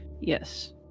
Yes